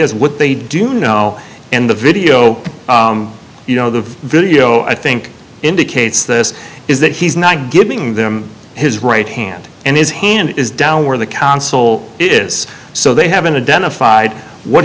is what they do know and the video you know the video i think indicates this is that he's not giving them his right hand and his hand is down where the console is so they have in a den of fide what